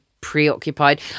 preoccupied